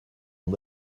and